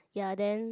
ya then